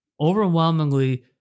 Overwhelmingly